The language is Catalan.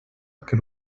que